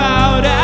out